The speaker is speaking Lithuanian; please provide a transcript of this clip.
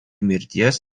mirties